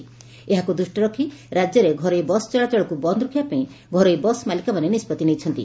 ତେବେ ଏହାକୁ ଦୃଷିରେ ରଖ୍ ରାକ୍ୟରେ ଘରୋଇ ବସ ଚଳାଚଳକୁ ବନ୍ଦ ରଖିବା ପାଇଁ ଘରୋଇ ବସ୍ ମାଲିକମାନେ ନିଷ୍ବଭି ନେଇଛନ୍ତି